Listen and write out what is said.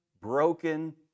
broken